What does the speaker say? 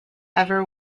have